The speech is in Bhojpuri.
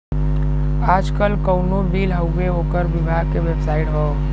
आजकल कउनो बिल हउवे ओकर विभाग के बेबसाइट हौ